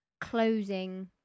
closing